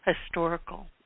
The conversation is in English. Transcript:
historical